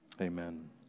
Amen